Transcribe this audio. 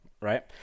right